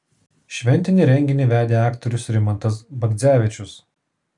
šventinį renginį vedė aktorius rimantas bagdzevičius